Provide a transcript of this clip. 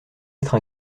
être